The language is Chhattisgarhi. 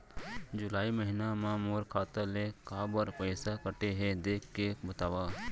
जुलाई महीना मा मोर खाता ले काबर पइसा कटे हे, देख के बतावव?